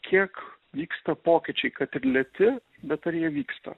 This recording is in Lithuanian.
kiek vyksta pokyčiai kad ir lėti bet ar jie vyksta